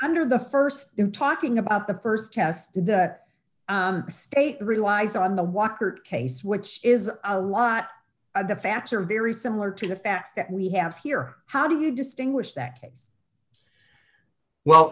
under the st talking about the st test that state relies on the walker case which is a lot of the facts are very similar to the facts that we have here how do you distinguish that